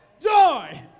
joy